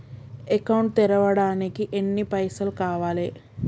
Account తెరవడానికి ఎన్ని పైసల్ కావాలే?